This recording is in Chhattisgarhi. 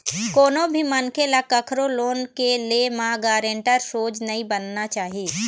कोनो भी मनखे ल कखरो लोन के ले म गारेंटर सोझ नइ बनना चाही